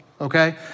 Okay